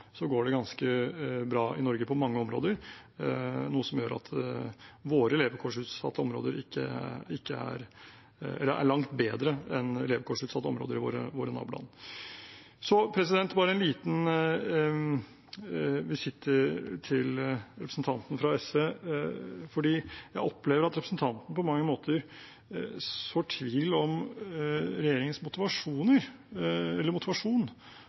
går det ganske bra i Norge på mange områder, noe som gjør at våre levekårsutsatte områder er langt bedre enn levekårsutsatte områder i våre naboland. Så bare en liten visitt til representanten fra SV: Jeg opplever at representanten på mange måter sår tvil om regjeringens